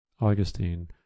Augustine